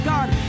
God